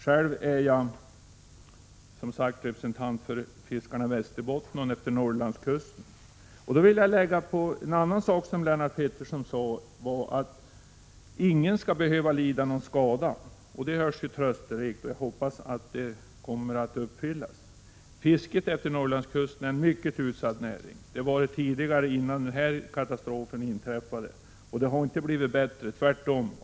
Själv är jag representant för fiskarna i Västerbotten och utefter Norrlandskusten. Lennart Pettersson sade att ingen skall behöva lida skada, och det låter ju trösterikt. Jag hoppas att det löftet kommer att uppfyllas. Fisket utefter Norrlandskusten är en mycket utsatt näring. Men det var den också innan Tjernobylkatastrofen inträffade, och inte har det blivit bättre — tvärtom.